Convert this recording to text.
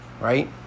Right